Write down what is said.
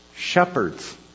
Shepherds